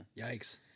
Yikes